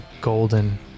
golden